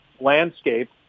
landscape